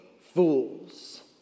fools